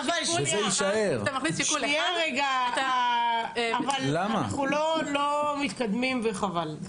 שנייה, אנחנו לא מתקדמים וחבל.